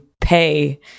pay